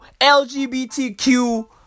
LGBTQ